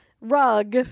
rug